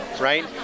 right